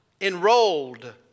Enrolled